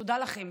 תודה לכם